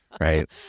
right